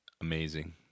Amazing